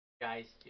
guys